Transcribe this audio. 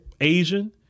Asian